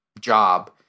job